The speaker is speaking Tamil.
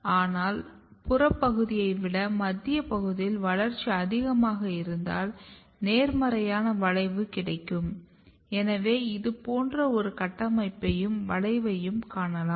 ஆனால் புறப் பகுதியை விட மத்திய பகுதியில் வளர்ச்சி அதிகமாக இருந்தால் நேர்மறையான வளைவு கிடைக்கும் எனவே இது போன்ற ஒரு கட்டமைப்பையும் வளைவையும் காணலாம்